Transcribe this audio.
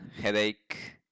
headache